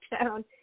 town